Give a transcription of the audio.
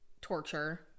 torture